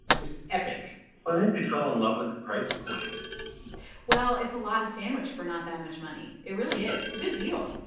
was epic i think they fell in love with the price point well, it's a lot of sandwich for not that much money. it really is. it's a good deal